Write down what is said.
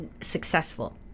successful